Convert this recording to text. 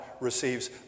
receives